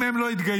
אם הם לא יתגייסו,